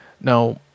Now